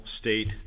state